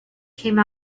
came